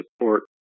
support